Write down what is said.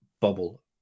bubble